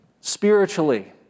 spiritually